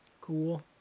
Cool